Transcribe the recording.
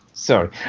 Sorry